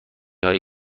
هایی